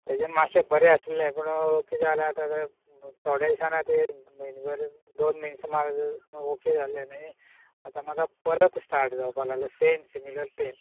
तेचे मातशें बरें आसले पूण कितें जाले तर थोडे दिसा खातीर म्हयनो भर दोन म्हयने सुमार ओके जाले न्ही आता म्हाका परत स्टार्ट जावपा लागले सेम सिमीलर पेन